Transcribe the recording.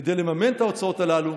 כדי לממן את ההוצאות הללו,